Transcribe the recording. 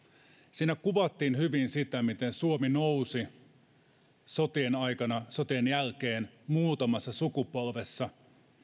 siinä kuvattiin hyvin sitä miten suomi nousi sotien jälkeen muutamassa sukupolvessa